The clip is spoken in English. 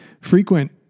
frequent